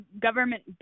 government